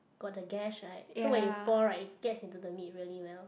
got the gas right so when you pour right it gets into the meat really well